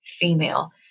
female